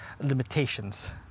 limitations